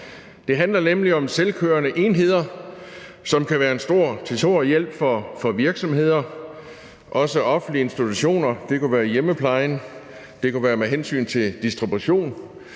Det handler nemlig om selvkørende enheder, som kan være til stor hjælp for virksomheder, også offentlige institutioner. Det kunne være i hjemmeplejen, det kunne være med hensyn til distribution